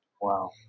Wow